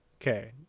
Okay